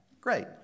Great